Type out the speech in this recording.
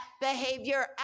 behavior